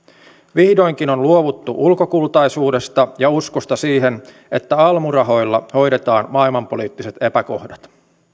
vihdoinkin on luovuttu ulkokultaisuudesta ja uskosta siihen että almurahoilla hoidetaan maailmanpoliittiset epäkohdat